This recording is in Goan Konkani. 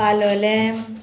पालोलेंम